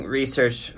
research